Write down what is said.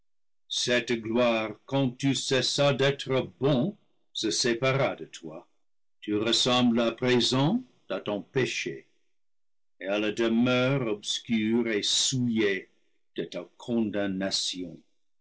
cette gloire quand tu cessas d'être bon se sépara de toi tu res sembles à présent à ton péché et à la demeure obscure et souillée de ta condamnation